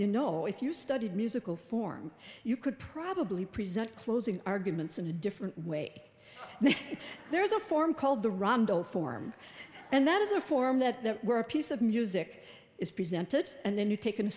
you know if you studied musical form you could probably present closing arguments in a different way there is a form called the rondo form and that is a form that there were a piece of music is presented and then you take